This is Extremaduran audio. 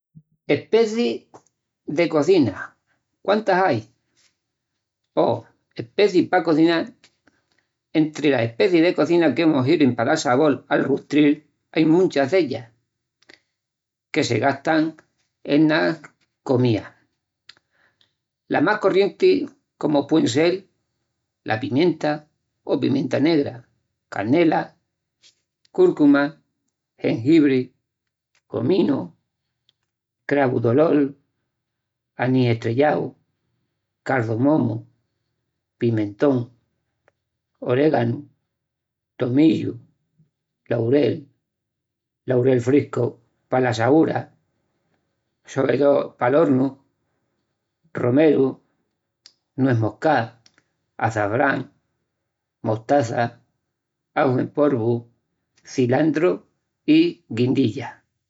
Especii pa cozina: entri las especii de cozina que mos sirvin pa dal sabol al rustril ain munchas d’ellas que se gastan ena cozina, las más corrientis comu puen sel: pimenta u pimenta negra, canela, cúrcuma, jengibri, cominu, cravu d’olol, anís estrellau, cardamomu, pimentón, oréganu, tomillu, laurel, laurel frescu p’assaúra, romeru, nues moscá, azahrán, mostaça, aju en polvu, cilantru i guindilla.